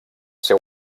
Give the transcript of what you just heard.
seu